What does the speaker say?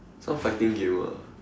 some fighting game ah